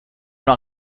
una